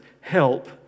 help